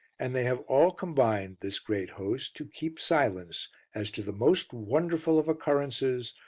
and they have all combined, this great host, to keep silence as to the most wonderful of occurrences,